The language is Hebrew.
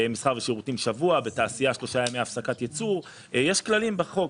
במסחר ובשירותי שבוע; בתעשייה שלושה ימי הפסקת ייצור יש כללים בחוק.